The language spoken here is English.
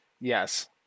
yes